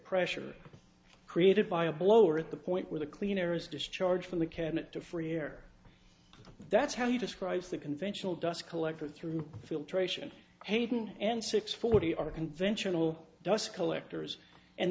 pressure created by a blower at the point where the clean air is discharged from the cabinet to free air that's how he describes the conventional dust collector thru filtration hayden and six forty are conventional dust collectors and